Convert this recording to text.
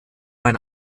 ein